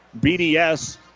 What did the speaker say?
BDS